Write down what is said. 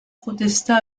protesta